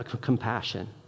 Compassion